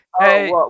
Hey